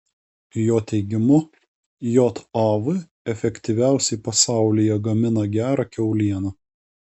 jo teigimu jav efektyviausiai pasaulyje gamina gerą kiaulieną